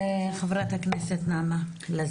חברת הכנסת נעמה לזימי.